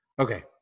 okay